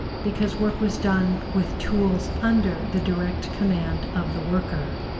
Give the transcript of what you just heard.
because work was done with tools under the direct command of the worker.